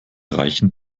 reichen